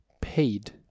paid